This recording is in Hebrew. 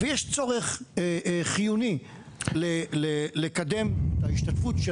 ויש צורך חיוני לקדם את ההשתתפות של